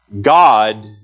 God